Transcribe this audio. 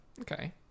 Okay